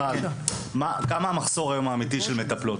שאלה ראשונה: מה המחסור האמתי היום של מטפלות,